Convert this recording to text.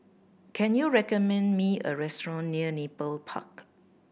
can you recommend me a restaurant near Nepal Park